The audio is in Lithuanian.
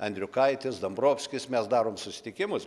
andriukaitis dombrovskis mes darom susitikimus